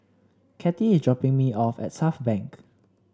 Kattie is dropping me off at Southbank